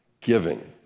giving